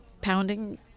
pounding